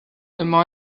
imma